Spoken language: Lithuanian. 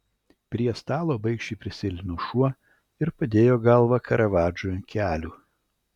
prie stalo baikščiai prisėlino šuo ir padėjo galvą karavadžui ant kelių